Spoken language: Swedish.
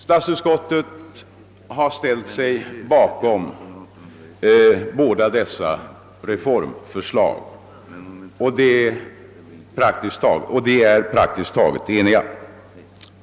Statsutskottet har ställt sig bakom dessa reformförslag. Och utskottet är praktiskt taget enigt.